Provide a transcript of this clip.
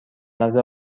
نظر